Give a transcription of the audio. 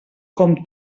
com